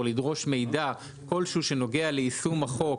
לדרוש מידע כלשהו שנוגע ליישום החוק,